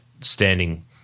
standing